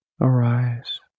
Arise